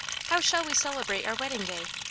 how shall we celebrate our wedding day?